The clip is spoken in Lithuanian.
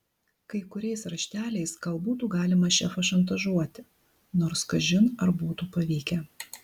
kai kuriais rašteliais gal būtų galima šefą šantažuoti nors kažin ar būtų pavykę